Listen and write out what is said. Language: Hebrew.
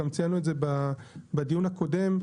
גם ציינו את זה בדיון הקודם,